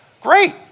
Great